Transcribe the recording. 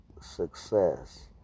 success